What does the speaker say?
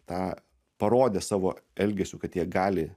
tą parodė savo elgesiu kad jie gali